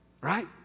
right